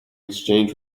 exchange